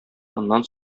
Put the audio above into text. моннан